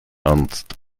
ernst